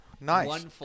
Nice